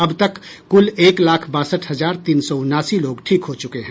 अब तक कुल एक लाख बासठ हजार तीन सौ उनासी लोग ठीक हो चुके हैं